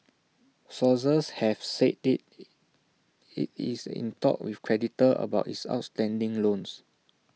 sources have said IT it is in talks with creditors about its outstanding loans